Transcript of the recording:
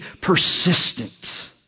persistent